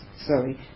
sorry